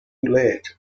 late